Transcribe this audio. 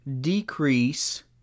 decrease